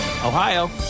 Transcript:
Ohio